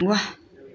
वाह